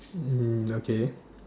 mm okay